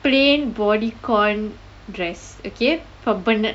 plain Bodycon dress okay for